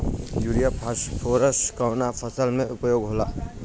Urea phosphorus कवना फ़सल में उपयोग होला?